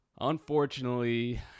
unfortunately